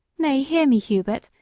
nay, hear me, hubert,